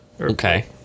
Okay